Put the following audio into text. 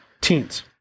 teens